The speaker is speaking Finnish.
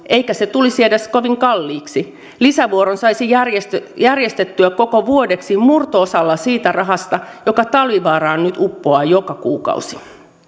eikä se tulisi edes kovin kalliiksi lisävuoron saisi järjestettyä järjestettyä koko vuodeksi murto osalla siitä rahasta joka talvivaaraan nyt uppoaa joka kuukausi